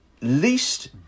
least